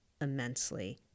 immensely